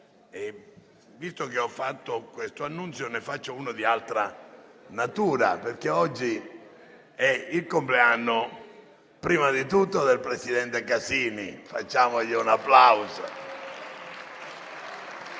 Visto che ho fatto questo annuncio, ne faccio uno di altra natura. Oggi è il compleanno prima di tutto del presidente Casini. Facciamogli un applauso.